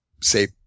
say